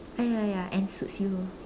ya ya ya and suits you